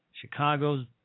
Chicago's